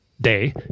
day